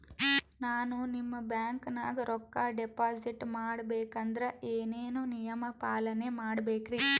ನಾನು ನಿಮ್ಮ ಬ್ಯಾಂಕನಾಗ ರೊಕ್ಕಾ ಡಿಪಾಜಿಟ್ ಮಾಡ ಬೇಕಂದ್ರ ಏನೇನು ನಿಯಮ ಪಾಲನೇ ಮಾಡ್ಬೇಕ್ರಿ?